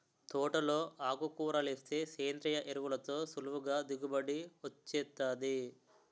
తోటలో ఆకుకూరలేస్తే సేంద్రియ ఎరువులతో సులువుగా దిగుబడి వొచ్చేత్తాది